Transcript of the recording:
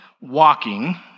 walking